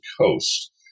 coast